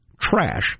trash